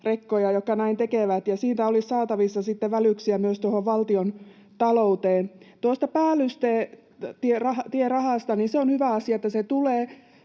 rekkoja, jotka näin tekevät, ja siitä olisi saatavissa välyksiä myös valtiontalouteen. Tuosta päällystetierahasta. On hyvä asia, että se tulee.